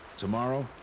tomorrow.